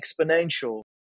exponential